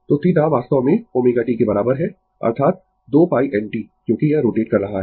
तो θ वास्तव में ω t के बराबर है अर्थात 2 π n t क्योंकि यह रोटेट कर रहा है